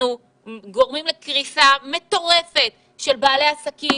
אנחנו גורמים לקריסה מטורפת של בעלי עסקים.